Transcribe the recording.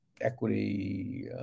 equity